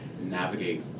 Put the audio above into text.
navigate